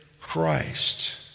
Christ